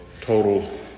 total